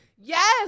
Yes